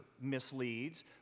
misleads